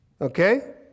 Okay